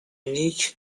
نیک